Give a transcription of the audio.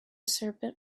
serpent